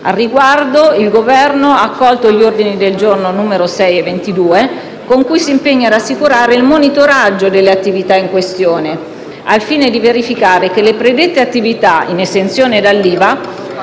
Al riguardo, il Governo ha accolto gli ordini del giorno nn. 6 e 22, con cui si impegna ad assicurare il monitoraggio delle attività in questione, al fine di verificare che le predette attività in esenzione dall'IVA